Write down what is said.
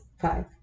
five